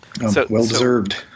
Well-deserved